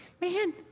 man